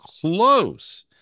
close